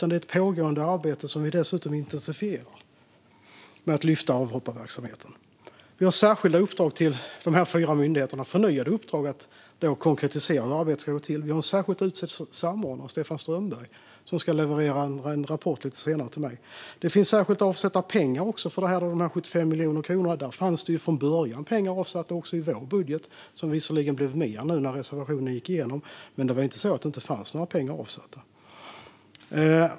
Det är ett pågående arbete, som vi dessutom intensifierar, med att lyfta avhopparverksamheten. Vi har särskilda uppdrag till dessa fyra myndigheter. Det är förnyade uppdrag som handlar om att konkretisera hur arbetet ska gå till. Vi har utsett en särskild samordnare, Stefan Strömberg, som lite senare ska leverera en rapport till mig. Det finns särskilt avsatta pengar för detta - 75 miljoner kronor. Det fanns från början pengar avsatta också i vår budget. Det blev visserligen mer när reservationen gick igenom, men det var inte så att det inte fanns några pengar avsatta.